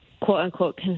quote-unquote